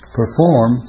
perform